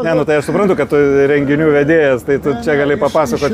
ne nu tai aš suprantu kad tu renginių vedėjas tai tu čia gali papasakot